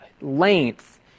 Length